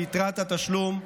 ויתרת התשלום"